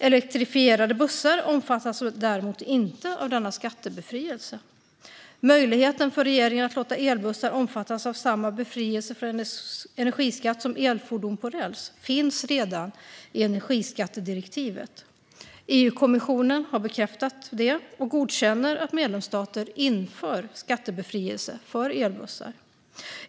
Elektrifierade bussar omfattas däremot inte av denna skattebefrielse. Möjligheten för regeringen att låta elbussar omfattas av samma befrielse från energiskatt som elfordon på räls finns redan i energiskattedirektivet. EU-kommissionen har bekräftat detta och godkänner att medlemsstater inför skattebefrielse för elbussar.